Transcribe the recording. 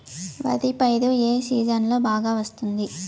వరి పైరు ఏ సీజన్లలో బాగా వస్తుంది